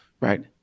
right